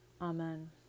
Amen